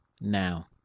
now